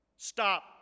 Stop